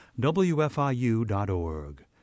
wfiu.org